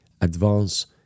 advance